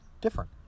different